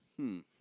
-hmm